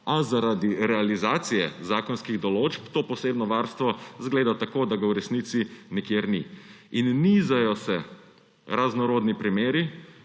a zaradi realizacije zakonskih določb to posebno varstvo izgleda tako, da ga v resnici nikjer ni. In nizajo se raznorodni primeri,